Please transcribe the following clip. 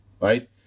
Right